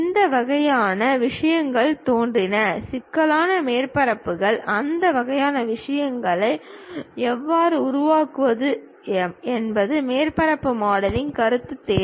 இந்த வகையான விஷயங்கள் தோன்றின சிக்கலான மேற்பரப்புகள் அந்த வகையான விஷயங்களை எவ்வாறு உருவாக்குவது என்பது மேற்பரப்பு மாடலிங் கருத்து தேவை